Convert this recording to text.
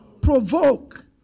provoke